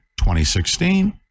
2016